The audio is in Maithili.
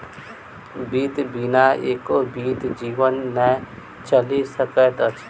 वित्त बिना एको बीत जीवन नै चलि सकैत अछि